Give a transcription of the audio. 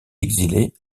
exilée